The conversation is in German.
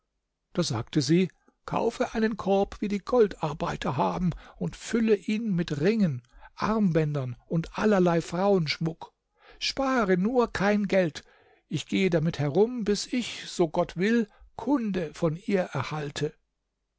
da sagte sie kaufe einen korb wie die goldarbeiter haben und fülle ihn mit ringen armbändern und allerlei frauenschmuck spare nur kein geld ich gehe damit herum bis ich so gott will kunde von ihr erhalte